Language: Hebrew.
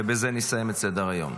ובזה נסיים את סדר-היום.